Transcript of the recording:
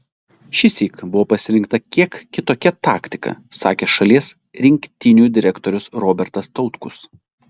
šįsyk buvo pasirinkta kiek kitokia taktika sakė šalies rinktinių direktorius robertas tautkus